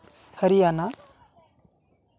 Haryana